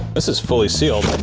this is fully sealed.